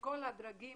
בכול הדרגים,